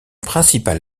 principal